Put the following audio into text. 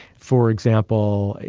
for example,